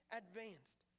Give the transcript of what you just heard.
advanced